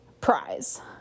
prize